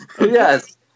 Yes